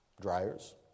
dryers